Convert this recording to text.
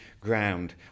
ground